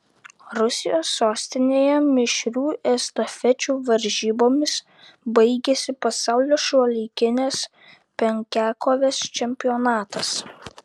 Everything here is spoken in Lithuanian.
rusijos sostinėje mišrių estafečių varžybomis baigėsi pasaulio šiuolaikinės penkiakovės čempionatas